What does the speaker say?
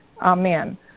Amen